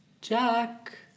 Jack